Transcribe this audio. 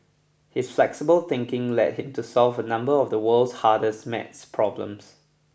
his flexible thinking led him to solve a number of the world's hardest maths problems